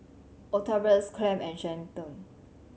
Octavius Clem and Shelton